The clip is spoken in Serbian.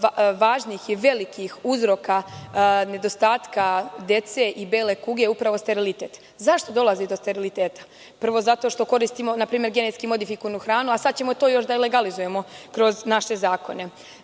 važnih i velikih uzroka nedostatka dece i bele kuge, upravo sterilitet.Zašto dolazi do steriliteta? Prvo zato što koristimo genetski modifikovanu hranu, a to ćemo sada još da legalizujemo kroz naše zakone.